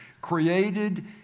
created